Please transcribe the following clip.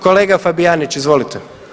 Kolega Fabijanić, izvolite.